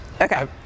Okay